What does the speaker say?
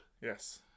Yes